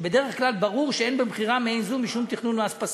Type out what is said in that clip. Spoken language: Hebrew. כשבדרך כלל ברור שאין במכירה מעין זו משום תכנון מס פסול.